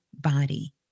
body